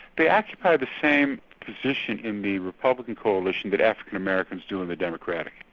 they occupy the same position in the republican coalition that african-americans do in the democratic.